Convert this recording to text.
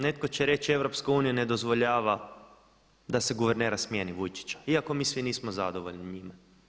Netko će reći EU ne dozvoljava da se guvernera smijeni Vujčića iako mi svi nismo zadovoljni njime.